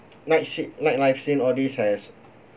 night shift nightlife scene all this has